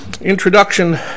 introduction